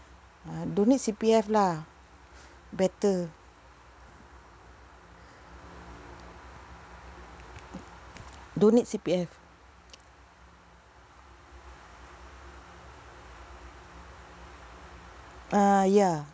uh don't need C_P_F lah better don't need C_P_F uh ya